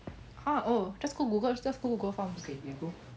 !huh! oh just go google just go google forms